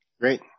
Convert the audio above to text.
Great